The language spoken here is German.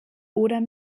oder